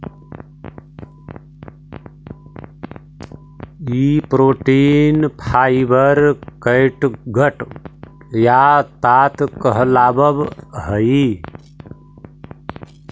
ई protein fibre catgut या ताँत कहलावऽ हई